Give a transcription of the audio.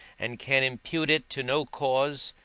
and can impute it to no cause,